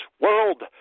world